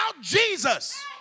Jesus